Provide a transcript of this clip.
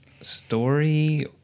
story